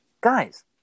guys